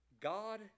god